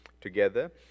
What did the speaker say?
together